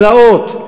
תלאות,